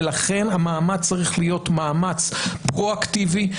ולכן המאמץ צריך להיות מאמץ פרו אקטיבי,